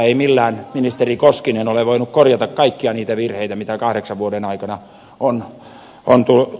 ei millään ministeri koskinen ole voinut korjata kaikkia niitä virheitä mitä kahdeksan vuoden aikana on tehty